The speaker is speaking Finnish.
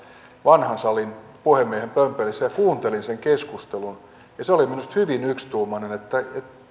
vanhassa salissa puhemiehen pömpelissä ja kuuntelin sen keskustelun se oli minusta hyvin yksituumainen